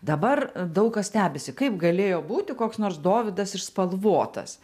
dabar daug kas stebisi kaip galėjo būti koks nors dovydas išspalvotas